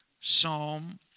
Psalm